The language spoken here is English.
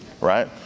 Right